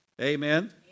Amen